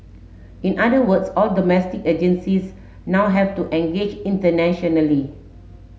in other words all domestic agencies now have to engage internationally